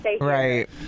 right